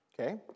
Okay